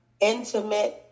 intimate